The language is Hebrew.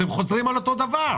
אתם חוזרים על אותו דבר.